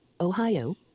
Ohio